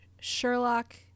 Sherlock